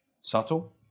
Subtle